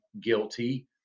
guilty